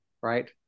right